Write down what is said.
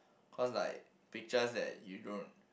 cause like pictures that you don't